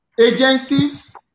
agencies